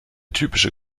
typische